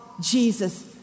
Jesus